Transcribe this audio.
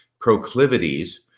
proclivities